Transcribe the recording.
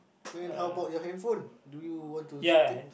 then how about your handphone do you want to take